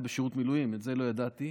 היה בשירות מילואים כשנפטר.